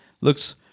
looks